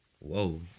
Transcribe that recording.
Whoa